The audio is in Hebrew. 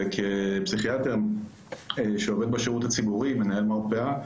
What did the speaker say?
וכפסיכיאטר שעובד בשירות הציבורי, מנהל מרפאה,